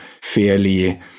fairly